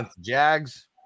Jags